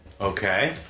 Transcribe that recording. Okay